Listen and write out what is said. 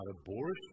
abortion